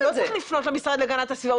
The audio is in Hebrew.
הוא לא צריך לפנות למשרד להגנת הסביבה,